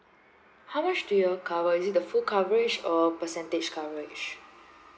how much do you all cover is it the full coverage or percentage coverage